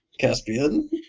Caspian